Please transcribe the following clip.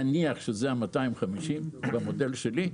נניח שזה ה-250 במודל שלי,